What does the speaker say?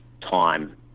time